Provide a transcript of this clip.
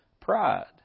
pride